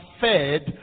fed